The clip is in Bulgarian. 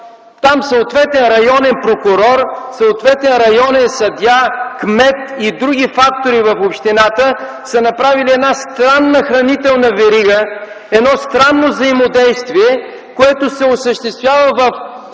Там съответен районен прокурор, съответен районен съдия, кмет и други фактори в общината, са направили една странна хранителна верига, едно странно взаимодействие, което се осъществява